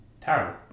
terrible